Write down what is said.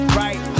right